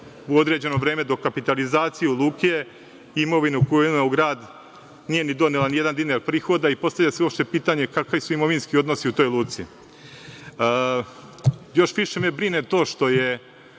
u određeno vreme dokapitalizaciju luke, imovina koju je uneo u grad nije donela ni jedan dinar prihoda i postavlja se pitanje kakvi su imovinski odnosi u toj luci. Još više me brine, to isto